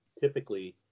typically